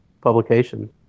publication